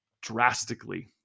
drastically